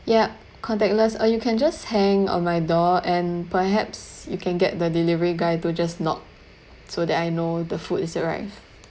yup contactless or you can just hang on my door and perhaps you can get the delivery guy to just knock so that I know the food is arrive